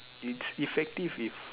it's effective if